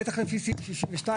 בטח לפי סעיף 62,